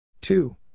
two